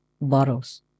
bottles